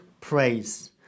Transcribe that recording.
praise